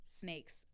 snakes